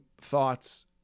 thoughts